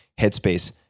Headspace